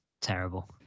terrible